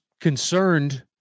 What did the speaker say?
concerned